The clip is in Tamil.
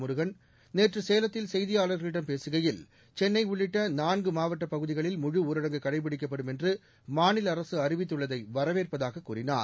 முருகன் நேற்று சேலத்தில் செய்தியாளர்களிடம் பேசுகையில் சென்னை உள்ளிட்ட நான்கு மாவட்ட பகுதிகளில் முழு ஊரடங்கு கடைபிடிக்கப்படும் என்று மாநில அரசு அறிவித்துள்ளதை வரவேற்பதாக கூறினார்